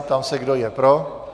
Ptám se, kdo je pro?